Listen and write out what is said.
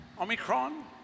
Omicron